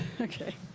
okay